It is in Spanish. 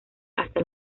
hasta